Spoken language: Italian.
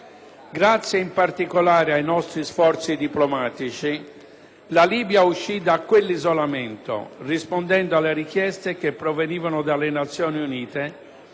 Grazie in particolare ai nostri sforzi diplomatici, la Libia uscì da quell'isolamento rispondendo alle richieste che provenivano dalle Nazioni Unite,